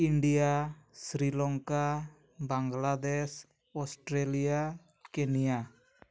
India Sri Lanka Bangladesh Australia Kenya